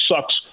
sucks